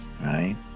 right